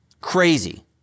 crazy